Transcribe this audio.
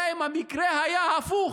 אם המקרה היה הפוך,